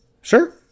Sure